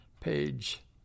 page